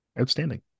Outstanding